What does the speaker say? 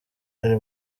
ari